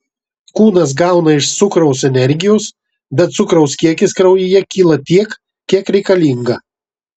kūnas gauna iš cukraus energijos bet cukraus kiekis kraujyje kyla tiek kiek reikalinga